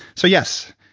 so, yes,